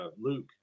Luke